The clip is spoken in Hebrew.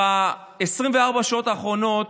ב-24 השעות האחרונות,